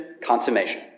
consummation